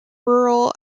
rural